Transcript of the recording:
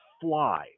fly